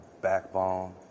backbone